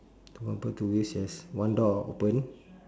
two bumper two wheels yes one door open